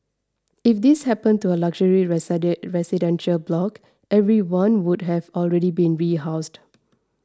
if this happened to a luxury residential block everyone would have already been rehoused